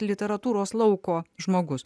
literatūros lauko žmogus